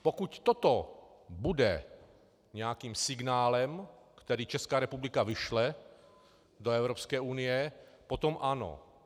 Pokud toto bude nějakým signálem, který Česká republika vyšle do Evropské unie, potom ano.